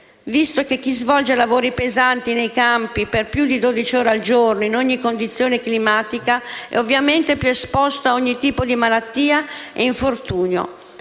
visto che chi svolge lavori pesanti nei campi per più di dodici ore al giorno in ogni condizione climatica è ovviamente esposto a ogni tipo di malattia e infortunio,